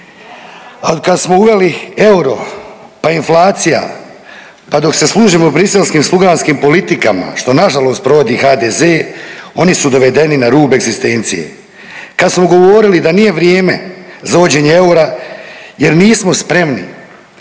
al kad smo uveli euro, pa inflacija, pa dok se služimo briselskim sluganskim politikama, što nažalost provodi HDZ, oni su dovedeni na rub egzistencije. Kad smo govorili da nije vrijeme za uvođenje eura jer nismo spremni,